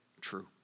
true